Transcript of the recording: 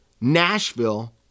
Nashville